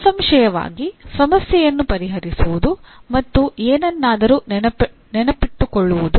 ನಿಸ್ಸಂಶಯವಾಗಿ ಸಮಸ್ಯೆಯನ್ನು ಪರಿಹರಿಸುವುದು ಮತ್ತು ಏನನ್ನಾದರೂ ನೆನಪಿಟ್ಟುಕೊಳ್ಳುವುದು ಒಂದೇ ಮಟ್ಟದಲ್ಲಿರುವುದಿಲ್ಲ